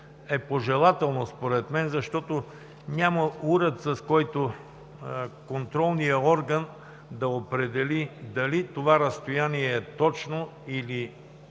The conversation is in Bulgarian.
е пожелателно според мен, защото няма уред, с който контролният орган да определи дали това разстояние е точно, или